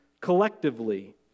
collectively